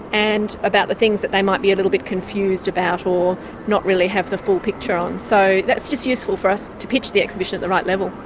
and about the things that they might be a little bit confused about or not really have the full picture on. so that's just useful for us to pitch the exhibition at the right level.